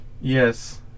Yes